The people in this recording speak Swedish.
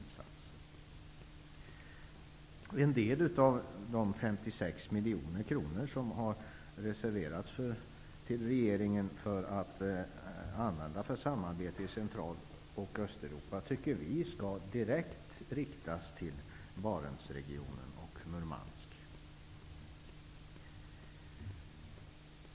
Vi tycker att en del av de 56 miljoner kronor som har reserverats av regeringen för att användas för samarbete med Central och Östeuropa skall riktas direkt till Barents--Murmansk-regionen.